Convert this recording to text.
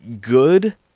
good